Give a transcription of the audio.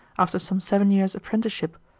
after some seven years' apprenticeship,